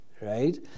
right